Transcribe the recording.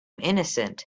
innocent